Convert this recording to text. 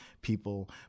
people